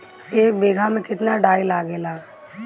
एक बिगहा में केतना डाई लागेला?